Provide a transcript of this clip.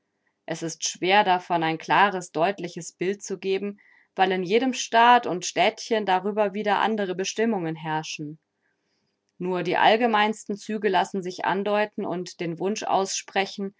es ist schwer davon ein klares deutliches bild zu geben weil in jedem staat und stäätchen darüber wieder andere bestimmungen herrschen nur die allgemeinsten züge lassen sich andeuten und den wunsch aussprechen